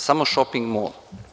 Samo šoping-mol.